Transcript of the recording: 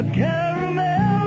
caramel